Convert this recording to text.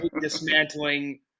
dismantling